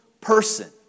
person